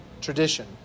tradition